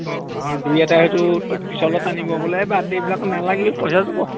অঁ আৰু দুই এটাইতো পিছলে টানিব বোলে